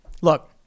Look